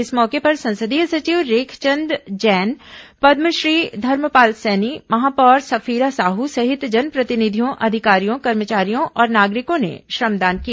इस मौके पर संसदीय सचिव रेखचंद जैन पद्मश्री धर्मपाल सैनी महापौर सफीरा साहू सहित जनप्रतिनिधियों अधिकारियों कर्मचारियों और नागरिकों ने श्रमदान किया